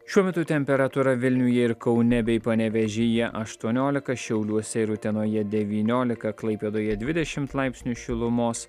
šiuo metu temperatūra vilniuje ir kaune bei panevėžyje aštuoniolika šiauliuose ir utenoje devyniolika klaipėdoje dvidešimt laipsnių šilumos